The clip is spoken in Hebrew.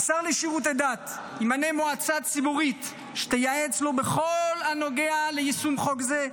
השר לשירותי דת ימנה מועצה ציבורית שתייעץ לו בכל הנוגע ליישום חוק זה,